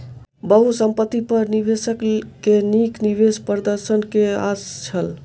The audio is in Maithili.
बहुसंपत्ति पर निवेशक के नीक निवेश प्रदर्शन के आस छल